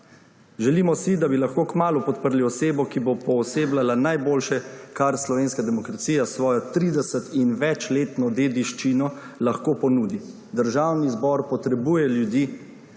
Želimo si, da bi lahko kmalu podprli osebo, ki bo poosebljala najboljše, kar slovenska demokracija s svojo tridesetinvečletno dediščino lahko ponudi. Državni zbor potrebuje ljudi,